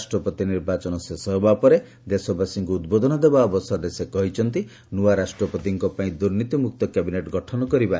ରାଷ୍ଟ୍ରପତି ନିର୍ବାଚନ ଶେଷହେବା ପରେ ଦେଶବାସୀଙ୍କୁ ଉଦ୍ବୋଧନ ଦେବା ଅବସରରେ ଶିରିସେନା କହିଛନ୍ତି ନୂଆ ରାଷ୍ଟ୍ରପତିଙ୍କ ପାଇଁ ଦୁର୍ନୀତିମୁକ୍ତ କ୍ୟାବିନେଟ୍ ଗଠନ କରିବା ଏକ ଚ୍ୟାଲେଞ୍ଜ ହେବ